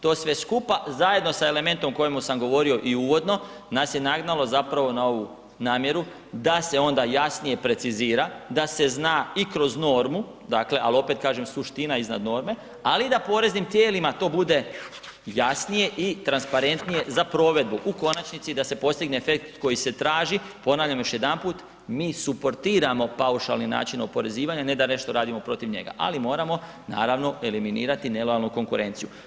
To sve skupa zajedno sa elementom o kojemu sam govorio i uvodno nas ja nagnalo zapravo na ovu namjeru da se onda jasnije precizira, da se zna i kroz normu, dakle ali opet kažem suština iznad norme ali da poreznim tijelima to bude jasnije i transparentnije za provedbu, u konačnici da se postigne efekt koji se traži, ponavljam još jedanput mi suportiramo paušalni način oporezivanja, ne da nešto radimo protiv njega, ali moramo naravno eliminirati nelojalnu konkurenciju.